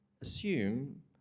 assume